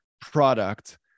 product